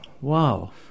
Wow